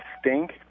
stink